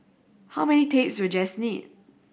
how many tapes will Jess need